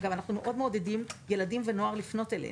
אגב, אנחנו מאוד מעודדים ילדים ונוער לפנות אלינו.